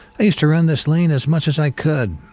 i used to run this lane as much as i could,